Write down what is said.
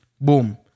Boom